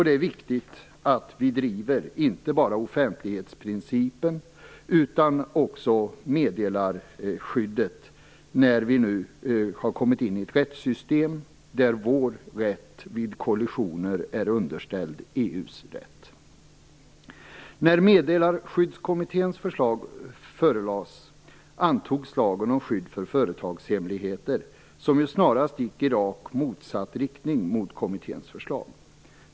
Det är viktigt att vi driver inte bara offentlighetsprincipen, utan också meddelarskyddet när vi nu har kommit in i ett rättssystem där vår rätt, vid kollisioner, är underställd EU:s rätt. När Meddelarskyddskommitténs förslag förelades antogs lagen om skydd för företagshemligheter, som snarast gick i rakt motsatt riktning mot kommitténs förslag.